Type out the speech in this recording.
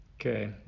Okay